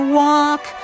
walk